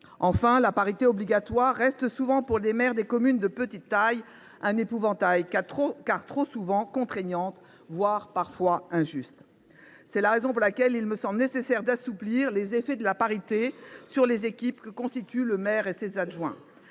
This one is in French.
Enfin, l’obligation de parité reste souvent pour les maires des communes de petite taille un épouvantail, car elle est trop souvent contraignante, voire parfois injuste. C’est la raison pour laquelle il convient d’assouplir les effets de la parité sur l’équipe que constituent le maire et ses adjoints.